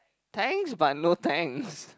thanks but no thanks